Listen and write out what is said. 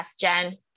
Jen